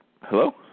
Hello